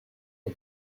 the